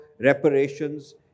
reparations